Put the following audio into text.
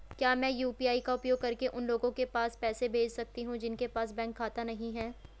क्या मैं यू.पी.आई का उपयोग करके उन लोगों के पास पैसे भेज सकती हूँ जिनके पास बैंक खाता नहीं है?